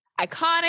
iconic